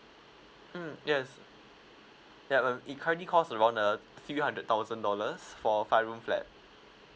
mm yes yup um it kindly cost around uh three hundred thousand dollars for a five room flat